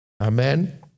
Amen